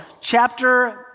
chapter